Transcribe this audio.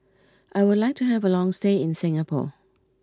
I would like to have a long stay in Singapore